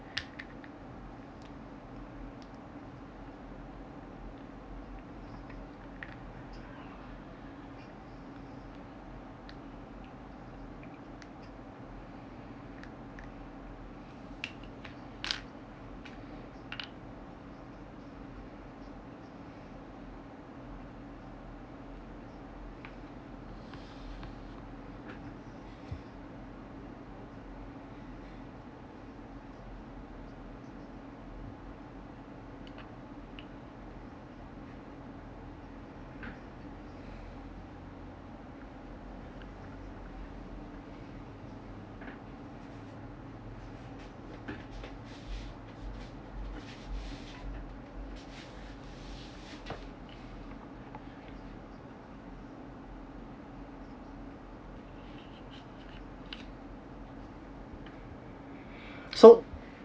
so